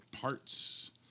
parts